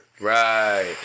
Right